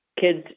kids